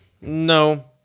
no